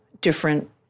different